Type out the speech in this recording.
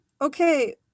okay